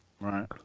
Right